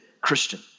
Christian